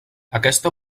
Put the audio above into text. aquesta